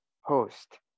host